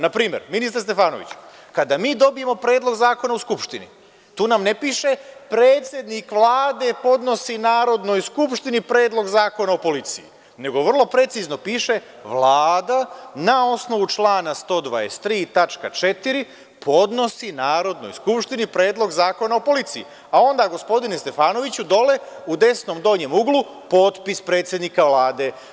Na primer, ministre Stefanoviću, kada mi dobijamo predlog zakona u Skupštini, tu nam ne piše – predsednik Vlade podnosi Narodnoj skupštini Predlog zakona o policiji, nego vrlo precizno piše – Vlada na osnovu člana 123. tačka 4. podnosi Narodnoj skupštini Predlog zakona o policiji, a onda, gospodine Stefanoviću, u desnom donjem uglu potpis predsednika Vlade.